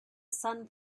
sun